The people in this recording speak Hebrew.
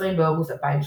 20 באוגוסט 2017